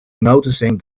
noticing